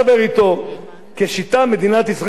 מדינת ישראל החליטה שהיא לא אוספת את הנתונים,